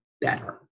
better